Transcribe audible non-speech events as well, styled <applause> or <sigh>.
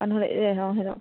বা নহ'লে <unintelligible>